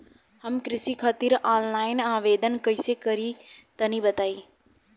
हम कृषि खातिर आनलाइन आवेदन कइसे करि तनि बताई?